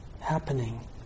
happening